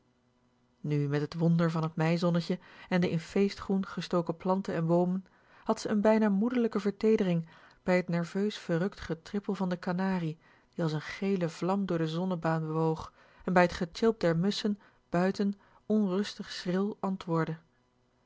nu met t wonder van t mei zonnetje en de in feestgroen gestoken planten en boomen had ze n bijna moederlijke verteedering bij t nerveus verrukt getrippel van den kanarie die als n gele vlam door de zonnebaan bewoog en bij t gesjilp der musschen buiten onrustig schril antwoordde